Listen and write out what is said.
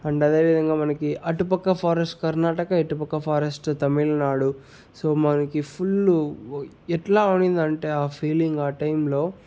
and అదే విధంగా మనకి అటు పక్క ఫారెస్ కర్ణాటక ఇటు పక్క ఫారెస్ట్ తమిళనాడు సో మనకి ఫుల్లు ఎట్లా ఉండిందంటే ఆ ఫీలింగ్ ఆ టైంలో